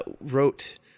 wrote